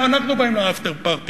אנחנו באים ל-after party הזה,